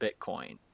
Bitcoin